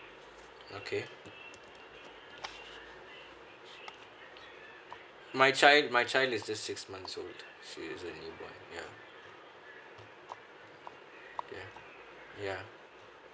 okay my child my child my child is just six months he is a boy yeah yeah yeah